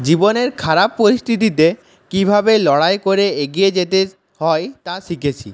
জীবনের খারাপ পরিস্থিতিতে কীভাবে লড়াই করে এগিয়ে যেতে হয় তা শিখেছি